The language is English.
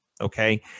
okay